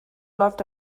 läuft